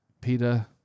Peter